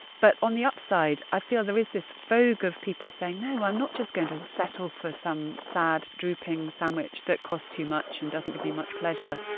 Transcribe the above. but on the upside i feel there is this vogue of people saying, no, i'm not just going to settle for some sad drooping sandwich that cost too much and doesn't give me much pleasure.